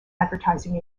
advertising